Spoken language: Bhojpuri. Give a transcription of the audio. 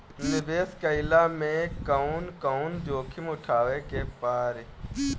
निवेस कईला मे कउन कउन जोखिम उठावे के परि?